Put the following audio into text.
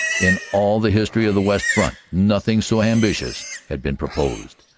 in all the history of the west front nothing so ambitious had been proposed,